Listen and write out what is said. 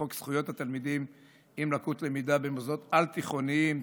לחוק זכויות תלמידים עם לקות למידה במוסדות על-תיכוניים,